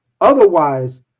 Otherwise